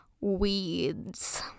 weeds